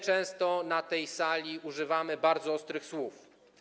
Często na tej sali używamy bardzo ostrych słów.